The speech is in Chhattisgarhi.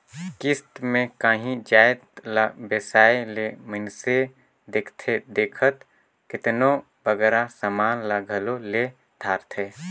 किस्त में कांही जाएत ला बेसाए ले मइनसे देखथे देखत केतनों बगरा समान ल घलो ले धारथे